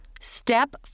Step